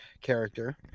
character